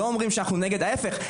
לא אומרים שאנחנו נגד ההפך,